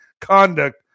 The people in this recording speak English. conduct